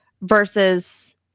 versus